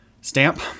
Stamp